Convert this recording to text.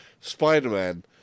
Spider-Man